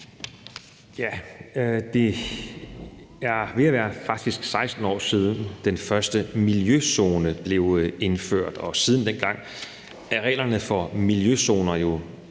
faktisk ved at være 16 år siden, den første miljøzone blev indført, og siden dengang er reglerne for miljøzoner,